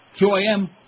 QAM